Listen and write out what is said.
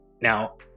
now